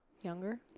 younger